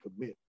commit